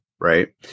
right